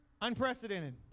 unprecedented